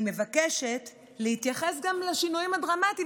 אני מבקשת להתייחס גם לשינויים הדרמטיים